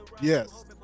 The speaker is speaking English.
Yes